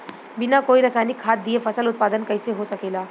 बिना कोई रसायनिक खाद दिए फसल उत्पादन कइसे हो सकेला?